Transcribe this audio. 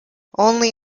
only